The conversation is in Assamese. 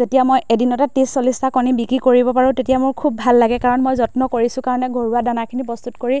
যেতিয়া মই এদিনতে ত্ৰিছ চল্লিছটা কণী বিক্ৰী কৰিব পাৰোঁ তেতিয়া মোৰ খুব ভাল লাগে কাৰণ মই যত্ন কৰিছোঁ কাৰণে ঘৰুৱা দানাখিনি প্ৰস্তুত কৰি